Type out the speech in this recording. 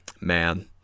man